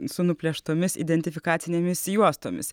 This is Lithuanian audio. su nuplėštomis identifikacinėmis juostomis